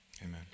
amen